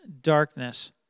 darkness